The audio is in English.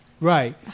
Right